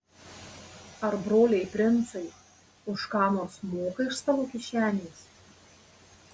ar broliai princai už ką nors moka iš savo kišenės